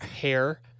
hair